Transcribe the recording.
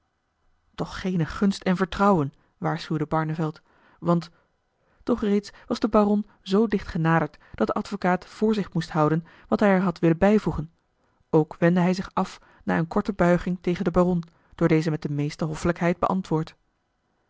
toch geene gunst en vertrouwen waarschuwde barneveld want doch reeds was de baron zoo dicht genaderd dat de advocaat voor zich moest houden wat hij er had willen bijvoegen ook wendde hij zich af na eene korte buiging tegen den baron door dezen met de meeste hoffelijkheid beantwoord